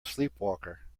sleepwalker